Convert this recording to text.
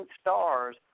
stars